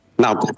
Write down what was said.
Now